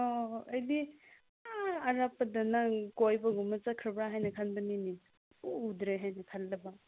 ꯑꯣ ꯑꯩꯗꯤ ꯑꯥ ꯑꯔꯥꯞꯄꯗ ꯅꯪ ꯀꯣꯏꯕꯒꯨꯝꯕ ꯆꯠꯈ꯭ꯔꯕ ꯍꯥꯏꯅ ꯈꯟꯕꯅꯤꯅꯦ ꯁꯨꯛꯎ ꯎꯗ꯭ꯔꯦ ꯍꯥꯏꯅ ꯈꯜꯂꯕ